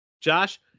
Josh